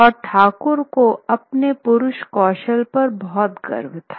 और ठाकुर को अपने पुरुष कौशल पर बहुत गर्व था